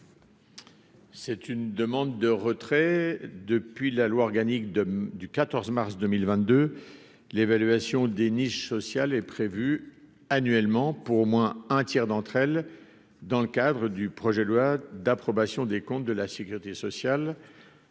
C'est une demande de retrait depuis la loi organique de du 14 mars 2022, l'évaluation des niches sociales et prévue annuellement pour au moins un tiers d'entre elles dans le cadre du projet de loi d'approbation des comptes de la Sécurité sociale